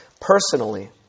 personally